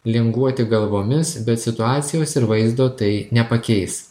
linguoti galvomis bet situacijos ir vaizdo tai nepakeis